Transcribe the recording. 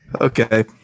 Okay